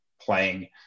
playing